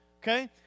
Okay